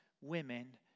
women